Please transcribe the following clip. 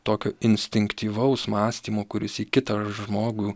tokio instinktyvaus mąstymo kuris į kitą žmogų